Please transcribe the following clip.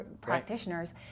practitioners